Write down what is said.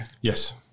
Yes